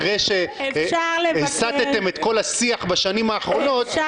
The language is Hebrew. אחרי שהסיתם את כל השיח בשנים האחרונים,